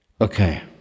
okay